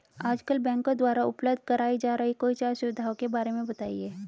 आजकल बैंकों द्वारा उपलब्ध कराई जा रही कोई चार सुविधाओं के बारे में बताइए?